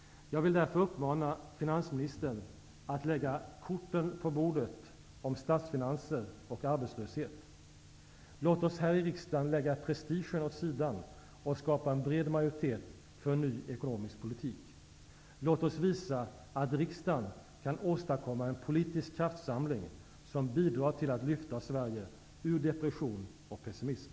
Jag vill därför uppmana finansministern att lägga korten på bordet om statsfinanser och arbetslöshet! Låt oss här i riksdagen lägga prestigen åt sidan och skapa en bred majoritet för en ny ekonomisk politik! Låt oss visa att riksdagen kan åstadkomma en politisk kraftsamling, som bidrar till att lyfta Sverige ur depression och pessimism!